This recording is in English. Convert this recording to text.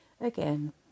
again